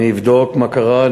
אני אבדוק מה קרה,